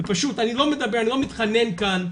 ופשוט אני לא מתחנן כאן,